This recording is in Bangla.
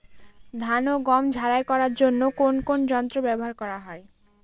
ধান ও গম ঝারাই করার জন্য কোন কোন যন্ত্র ব্যাবহার করা হয়?